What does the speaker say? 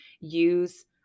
use